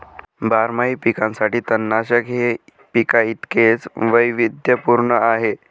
बारमाही पिकांसाठी तणनाशक हे पिकांइतकेच वैविध्यपूर्ण आहे